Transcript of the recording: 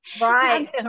Right